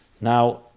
Now